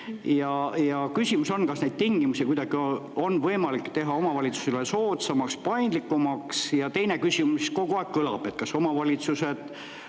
Ja küsimus on, kas neid tingimusi on võimalik kuidagi teha omavalitsusele soodsamaks, paindlikumaks. Teine küsimus, mis kogu aeg kõlab: kas omavalitsused